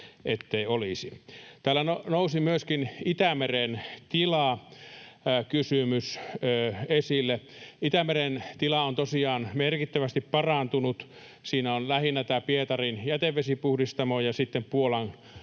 Täällä nousi myöskin Itämeren tila ‑kysymys esille. Itämeren tila on tosiaan merkittävästi parantunut. Siinä on lähinnä nämä Pietarin jätevesipuhdistamon ja sitten Puolan